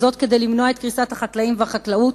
כדי למנוע את קריסת החקלאים והחקלאות,